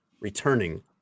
returning